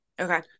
Okay